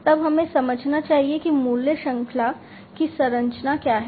तब हमें समझना चाहिए कि मूल्य श्रृंखला की संरचना क्या है